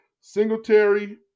Singletary